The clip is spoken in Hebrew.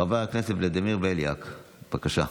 חבר הכנסת ולדימיר בליאק, בבקשה.